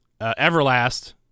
Everlast